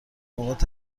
نقاط